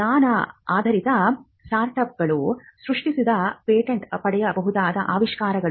ಜ್ಞಾನ ಆಧಾರಿತ startup ಗಳು ಸೃಷ್ಟಿಸಿದ ಪೇಟೆಂಟ್ ಪಡೆಯಬಹುದಾದ ಆವಿಷ್ಕಾರಗಳು